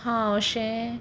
हां अशें